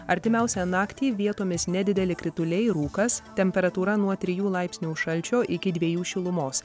artimiausią naktį vietomis nedideli krituliai rūkas temperatūra nuo trijų laipsnių šalčio iki dviejų šilumos